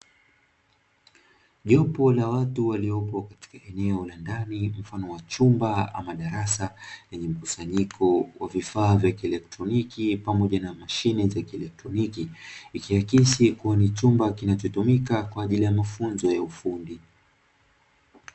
Jopo la watu waliopo katika eneo la ndani mfano wa chumba ama darasa, lenye mkusanyiko wa vifaa vya kieletroniki pamoja na mashine za kieletroniki, ikiakisi kuwa ni chumba kinachotumika kwa ajili ya mafunzo ya ufundi.